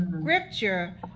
scripture